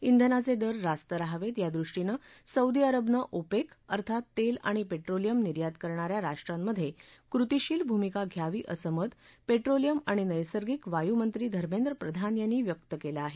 ब्रेनाचे दर रास्त रहावेत यादृष्टीनं सौदी अरबनं ओपेक अर्थात तेल आणि पेट्रोलियम निर्यात करणा या राष्ट्रांमधे कृतीशील भूमिका घ्यावी असं मत पेट्रोलियम आणि नैसर्गिकवायू मंत्री धर्मेंद्र प्रधान यांनी व्यक्त केलं आहे